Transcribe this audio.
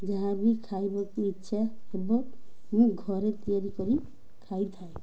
ଯାହା ବିି ଖାଇବାକୁ ଇଚ୍ଛା ହେବ ମୁଁ ଘରେ ତିଆରି କରି ଖାଇଥାଏ